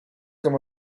comme